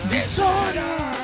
Disorder